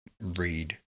read